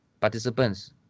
participants